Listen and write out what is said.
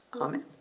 Amen